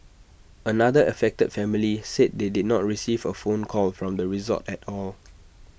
another affected family said they did not receive A phone call from the resort at all